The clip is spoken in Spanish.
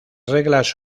reglas